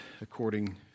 according